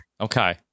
Okay